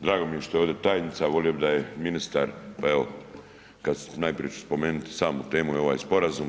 Drago mi je što je ovdje tajnica, volio bi da je ministar pa evo, najprije ću spomenuti samu temu i ovaj Sporazum.